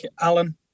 Alan